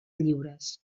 lliures